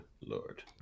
lord